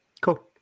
Cool